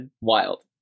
wild